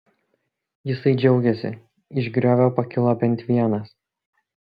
jisai džiaugėsi iš griovio pakilo bent vienas